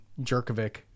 Jerkovic